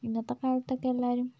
ഇന്നത്തെക്കാലത്തൊക്കെ എല്ലാവരും